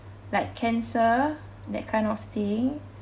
like cancer that kind of thing